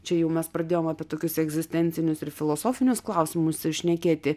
čia jau mes pradėjom apie tokius egzistencinius ir filosofinius klausimus ir šnekėti